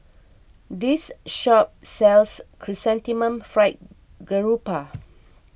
this shop sells Chrysanthemum Fried Garoupa